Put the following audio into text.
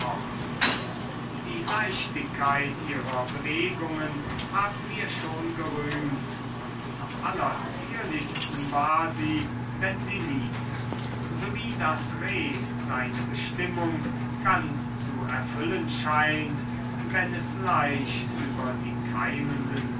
die leichtigkeit ihrer bewegungen haben wir schon gerühmt und am allerzierlichsten war sie wenn sie lief so wie das reh seine bestimmung ganz zu erfüllen scheint wenn es leicht über die keimenden